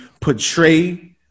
portray